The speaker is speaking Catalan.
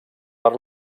per